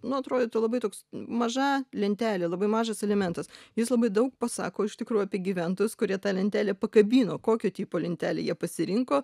nu atrodytų labai toks maža lentelė labai mažas elementas jis labai daug pasako iš tikrųjų apie gyventojus kurie tą lentelę pakabino kokio tipo lentelę jie pasirinko